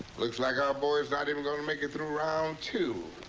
looks like our boy's not even gonna make it through round two.